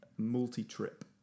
multi-trip